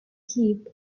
keep